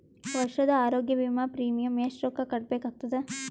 ವರ್ಷದ ಆರೋಗ್ಯ ವಿಮಾ ಪ್ರೀಮಿಯಂ ಎಷ್ಟ ರೊಕ್ಕ ಕಟ್ಟಬೇಕಾಗತದ?